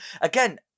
Again